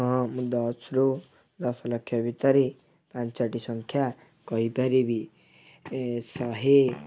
ହଁ ମୁଁ ଦଶରୁ ଦଶଲକ୍ଷ ଭିତରେ ପାଞ୍ଚଟି ସଂଖ୍ୟା କହିପାରିବି ଏ ଶହେ